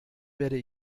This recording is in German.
werde